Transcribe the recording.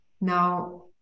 Now